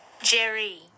Jerry